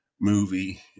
movie